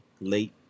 Late